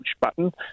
button